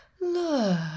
Look